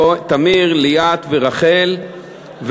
ליאת ורחל,